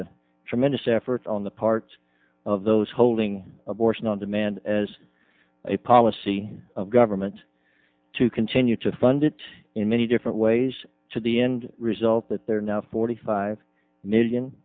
a tremendous effort on the part of those holding abortion on demand as a policy of government to continue to fund it in many different ways to the end result that there are now forty five million